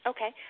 Okay